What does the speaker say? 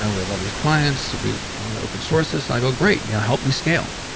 ah we have all these clients, we want to open source this. i go, great, you know help me scale.